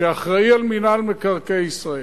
שאחראי על מינהל מקרקעי ישראל,